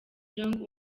jong